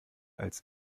als